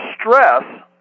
Stress